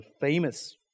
famous